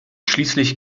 schließlich